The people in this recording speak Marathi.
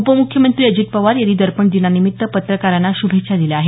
उपम्ख्यमंत्री अजित पवार यांनी दर्पण दिनानिमित्त पत्रकारांना शुभेच्छा दिल्या आहेत